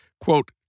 quote